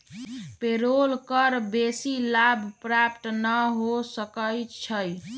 payroll कर बेशी लाभ प्राप्त न हो सकै छइ